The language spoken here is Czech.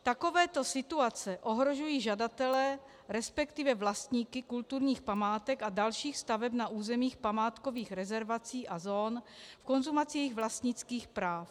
Takovéto situace ohrožují žadatele, resp. vlastníky kulturních památek a dalších staveb na územích památkových rezervací a zón v konzumacích vlastnických práv.